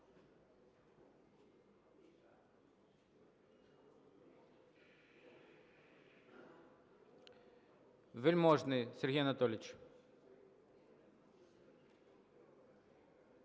Вельможний Сергій Анатолійович.